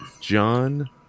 John